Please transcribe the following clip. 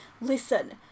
listen